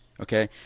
Okay